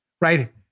right